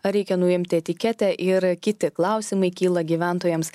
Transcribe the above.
ar reikia nuimti etiketę ir kiti klausimai kyla gyventojams